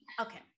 okay